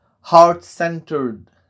heart-centered